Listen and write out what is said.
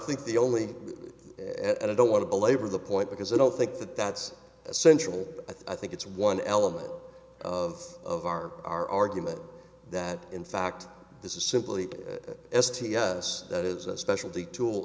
think the only and i don't want to belabor the point because i don't think that that's essential i think it's one element of of our our argument that in fact this is simply s t us that is a specialty tool